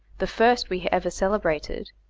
the first we ever celebrated,